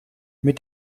mit